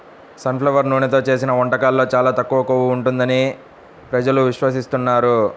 sun flower నూనెతో చేసిన వంటకాల్లో చాలా తక్కువ కొవ్వు ఉంటుంది ప్రజలు విశ్వసిస్తున్నారు